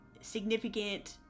significant